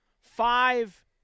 five